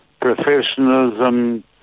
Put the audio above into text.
professionalism